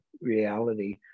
reality